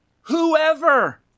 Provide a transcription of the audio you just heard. Whoever